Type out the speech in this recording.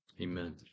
Amen